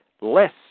less